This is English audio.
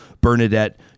Bernadette